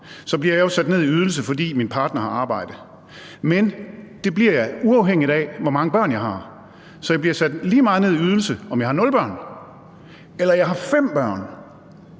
blive sat ned i ydelse, fordi min partner har arbejde, men det bliver jeg, uafhængigt af hvor mange børn jeg har. Så jeg bliver sat lige meget ned i ydelse, om jeg har nul børn eller jeg har fem børn,